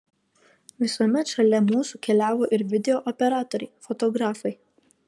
visuomet šalia mūsų keliavo ir video operatoriai fotografai